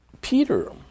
Peter